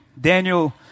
Daniel